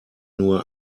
nur